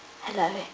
Hello